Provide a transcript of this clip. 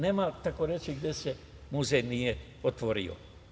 Nema, tako reći, gde se muzej nije otvorio.